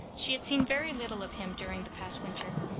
she had seen very little of him during the past winter.